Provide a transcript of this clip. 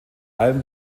allem